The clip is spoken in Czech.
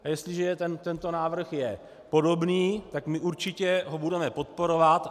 A jestliže tento návrh je podobný, tak my určitě ho budeme podporovat.